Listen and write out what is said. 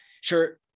sure